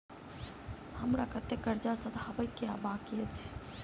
हमरा कतेक कर्जा सधाबई केँ आ बाकी अछि?